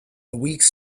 weeks